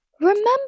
Remember